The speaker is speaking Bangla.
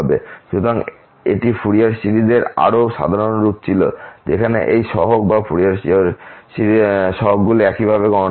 সুতরাং এটি ফুরিয়ার সিরিজের আরও সাধারণ রূপ ছিল যেখানে এই সহগ বা ফুরিয়ার সহগগুলি এইভাবে গণনা করা হয়